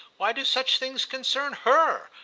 why do such things concern her?